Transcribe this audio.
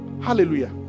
Hallelujah